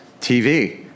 TV